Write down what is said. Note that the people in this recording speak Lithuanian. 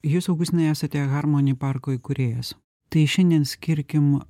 jūs augustinai esate harmoni parko įkūrėjas tai šiandien skirkim